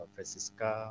Francisca